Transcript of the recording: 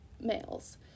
Males